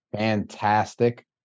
Fantastic